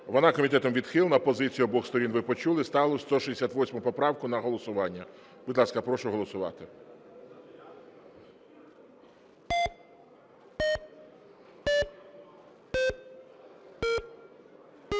Вона комітетом відхилена. Позицію обох сторін ви почули. Ставлю 168 поправку на голосування. Будь ласка, прошу голосувати.